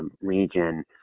region